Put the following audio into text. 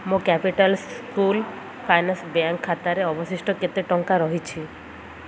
ମୋ capital small finance bank ଖାତାରେ ଅବଶିଷ୍ଟ କେତେ ଟଙ୍କା ରହିଛି